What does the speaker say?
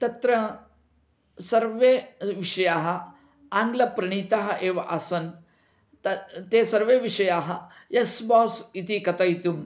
तत्र सर्वे विषयाः आङ्ग्लप्रणीताः एव आसन् तु ते सर्वे विषयाः यस् बोस् इति कथयितुम्